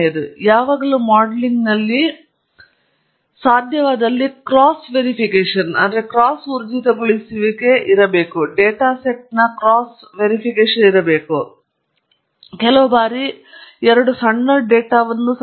ಯಾವಾಗಲೂ ಮಾಡೆಲಿಂಗ್ನಲ್ಲಿ ಎಲ್ಲಿಯಾದರೂ ಸಾಧ್ಯವಾದಲ್ಲಿ ಕ್ರಾಸ್ ಊರ್ಜಿತಗೊಳಿಸುವಿಕೆಯ ಡೇಟಾ ಸೆಟ್ ಇದ್ದಲ್ಲಿ ಸಹಜವಾಗಿ ಕೆಲವು ಬಾರಿ ಎರಡು ಸಣ್ಣ ಡೇಟಾವನ್ನು ಹೊಂದಿರಬಹುದು ಆದರೆ ಇದು ಪರೀಕ್ಷಾ ಡೇಟಾ ಸೆಟ್ ಅನ್ನು ಹೊಂದಲು ಯಾವಾಗಲೂ ಅಭ್ಯಾಸವಾಗಿರಬೇಕು ಅಲ್ಲಿ ನೀವು ಪರೀಕ್ಷಾ ಡೇಟಾದಲ್ಲಿ ತರಬೇತಿ ಪಡೆದ ಮಾದರಿಯನ್ನು ಪರೀಕ್ಷಿಸಬಹುದಾಗಿದ್ದು ನಾವು ಪರೀಕ್ಷಾ ವಿದ್ಯಾರ್ಥಿಗಳಂತೆ ಪರೀಕ್ಷೆ ಪತ್ರಗಳಲ್ಲಿ ಪರೀಕ್ಷೆಗಳಿಗೆ ತರಬೇತಿ ನೀಡುತ್ತೇವೆ ಸರಿ